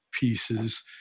pieces